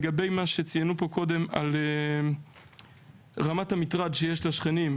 לגבי מה שציינו פה קודם על רמת המטרד שיש לשכנים,